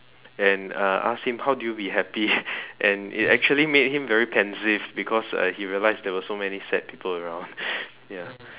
and uh asked him how did you be happy and it actually make him very pensive because he realize there were so many sad people around ya